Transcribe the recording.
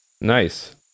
Nice